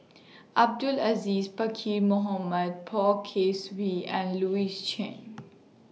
Abdul Aziz Pakkeer Mohamed Poh Kay Swee and Louis Chen